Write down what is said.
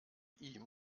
ihm